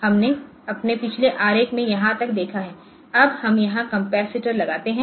हमने अपने पिछले आरेख में यहाँ तक देखा है अब हम यहां कपैसिटर लगाते हैं